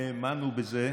האמנו בזה,